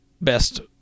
best